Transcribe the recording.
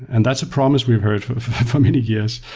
and that's a promise we've heard for many years,